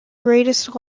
greatest